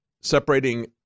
separating